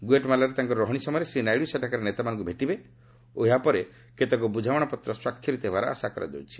ଗୁଏଟ୍ମାଲାରେ ତାଙ୍କର ରହଣି ସମୟରେ ଶ୍ରୀ ନାଇଡ଼ୁ ସେଠାକାର ନେତାମାନଙ୍କୁ ଭେଟିବେ ଓ ଏହାପରେ କେତେକ ବୁଝାମଣା ପତ୍ର ସ୍ୱାକ୍ଷରିତ ହେବାର ଆଶା କରାଯାଉଛି